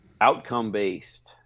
outcome-based